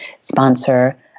sponsor